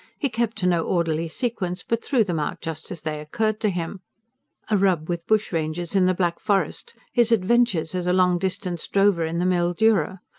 he kept to no orderly sequence, but threw them out just as they occurred to him a rub with bushrangers in the black forest, his adventures as a long-distance drover in the mildura,